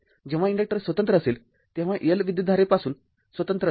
जेव्हा इंडक्टर स्वतंत्र असेल तेव्हा L विद्युतधारेपासून स्वतंत्र असतो